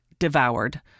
devoured